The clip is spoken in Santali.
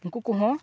ᱱᱩᱠᱩ ᱠᱚᱦᱚᱸ